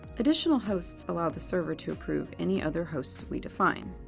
additional hosts allow the server to approve any other hosts we define.